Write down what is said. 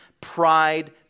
pride